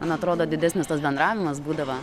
man atrodo didesnis tas bendravimas būdavo